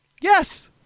Yes